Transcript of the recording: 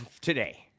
Today